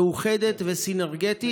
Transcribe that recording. מאוחדת וסינרגטית.